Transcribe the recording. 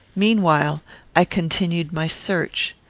meanwhile i continued my search.